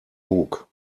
bug